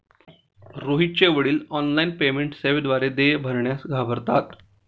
रोहितचे वडील online payment सेवेद्वारे देय भरण्यास घाबरतात